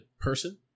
person